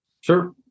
Sure